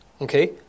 Okay